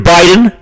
Biden